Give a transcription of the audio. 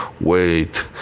wait